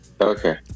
Okay